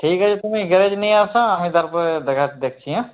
ঠিক আছে তুমি গ্যারেজ নিয়ে আসো আমি তারপরে যা দেখার দেখছি হ্যাঁ